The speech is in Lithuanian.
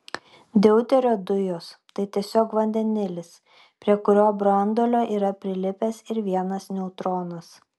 deuterio dujos tai tiesiog vandenilis prie kurio branduolio yra prilipęs ir vienas neutronas